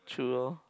true loh